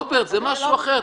רוברט, זה משהו אחר.